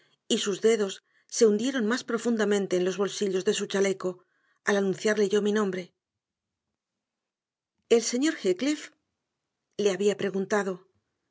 y sus dedos se hundieron más profundamente en los bolsillos de su chaleco al anunciarle yo mi nombre el señor heathcliff le había preguntado